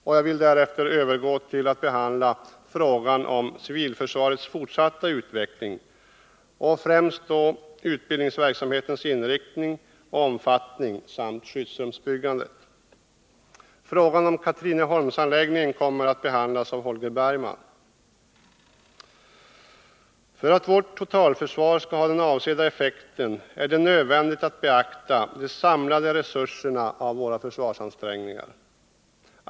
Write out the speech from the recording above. Låt mig så övergå till att behandla frågan om civilförsvarets fortsatta utveckling och främst då utbildningsverksamhetens inriktning och omfattning samt skyddsrumsbyggandet. Frågan om Katrineholmsanläggningen kommer senare att behandlas av Holger Bergman. För att vårt totalförsvar skall ha den avsedda effekten är det nödvändigt att beakta det samlade resultatet av våra försvarsansträngningar.